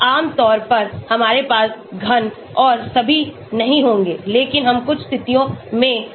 आम तौर पर हमारे पास घन और सभी नहीं होंगे लेकिन हम कुछ स्थितियों में वर्ग कर सकते हैं